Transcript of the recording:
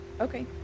Okay